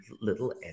little